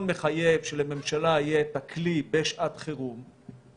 מחייב שלממשלה יהיה את הכלי בשעת חירום.